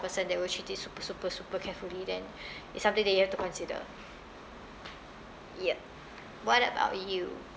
person that will treat it super super super carefully then it's something that you have to consider yup what about you